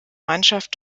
mannschaft